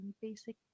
basic